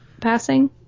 passing